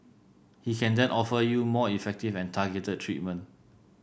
he can then offer you more effective and targeted treatment